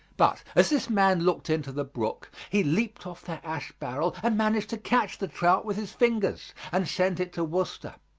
but as this man looked into the brook, he leaped off that ash barrel and managed to catch the trout with his fingers, and sent it to worcester.